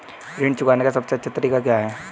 ऋण चुकाने का सबसे अच्छा तरीका क्या है?